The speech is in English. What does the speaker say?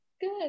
Good